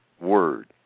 word